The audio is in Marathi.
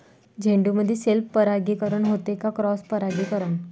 झेंडूमंदी सेल्फ परागीकरन होते का क्रॉस परागीकरन?